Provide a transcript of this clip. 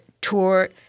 tour